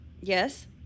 Yes